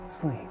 sleep